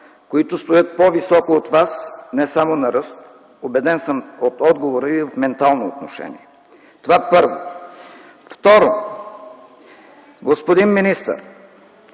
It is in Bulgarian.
които стоят по-високо от Вас, не само на ръст, убеден съм от отговора Ви в ментално отношение. Второ, господин министър,